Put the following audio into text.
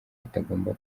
atagomba